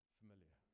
familiar